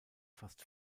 fast